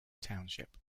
township